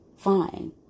fine